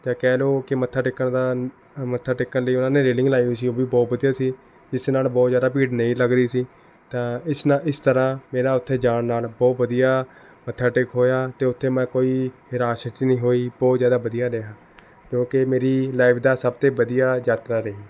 ਜਾਂ ਕਹਿ ਲਉ ਕਿ ਮੱਥਾ ਟੇਕਣ ਦਾ ਮੱਥਾ ਟੇਕਣ ਲਈ ਉਨ੍ਹਾਂ ਨੇ ਰੇਲਿੰਗ ਲਾਈ ਹੋਈ ਸੀ ਉਹ ਵੀ ਬਹੁਤ ਵਧੀਆ ਸੀ ਜਿਸ ਨਾਲ ਬਹੁਤ ਜ਼ਿਆਦਾ ਭੀੜ ਨਹੀਂ ਲੱਗ ਰਹੀ ਸੀ ਤਾਂ ਇਸ ਨਾਲ ਇਸ ਤਰ੍ਹਾਂ ਮੇਰਾ ਉੱਥੇ ਜਾਣ ਨਾਲ ਬਹੁਤ ਵਧੀਆ ਮੱਥਾ ਟੇਕ ਹੋਇਆ ਅਤੇ ਉੱਥੇ ਮੈਂ ਕੋਈ ਹੈ ਰੱਸ਼ 'ਚ ਨਹੀਂ ਹੋਈ ਬਹੁਤ ਜ਼ਿਆਦਾ ਵਧੀਆ ਰਿਹਾ ਕਿਉਂਕਿ ਮੇਰੀ ਲਾਈਫ਼ ਦਾ ਸਭ ਤੋਂ ਵਧੀਆ ਯਾਤਰਾ ਰਹੀ